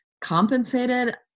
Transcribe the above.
compensated